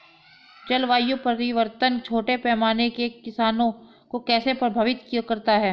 जलवायु परिवर्तन छोटे पैमाने के किसानों को कैसे प्रभावित करता है?